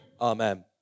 Amen